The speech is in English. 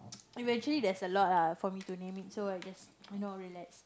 eventually there's a lot lah for me to name it so I just you know relax